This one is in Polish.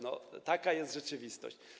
No, taka jest rzeczywistość.